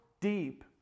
deep